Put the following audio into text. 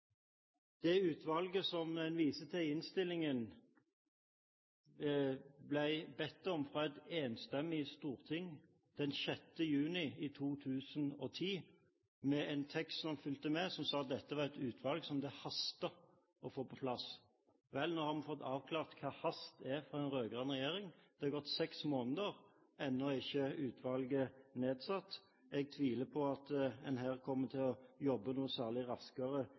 Det utvalget man viser til i innstillingen, ble det fremmet forslag om i Stortinget den 9. juni 2010, med en tekst som fulgte med om at det hastet med å få dette på plass. Vel, nå har vi fått avklart hva hast er for en rød-grønn regjering. Det er gått seks måneder, og ennå er ikke utvalget nedsatt. Jeg tviler på at en her kommer til å jobbe noe særlig raskere